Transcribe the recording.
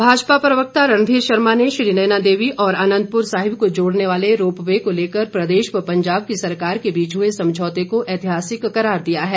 रणघीर शर्मा भाजपा प्रवक्ता रणधीर शर्मा ने श्री नैना देवी और आनंदपुर साहिब को जोड़ने वाले रोपवे को लेकर प्रदेश व पंजाब की सरकार के बीच हुए समझौते को ऐतिहासिक करार दिया है